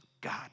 God